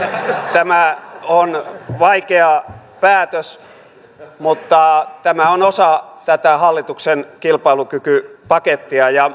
tämä on vaikea päätös mutta tämä on osa tätä hallituksen kilpailukykypakettia ja